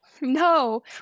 No